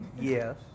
yes